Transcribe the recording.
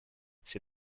s’est